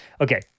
okay –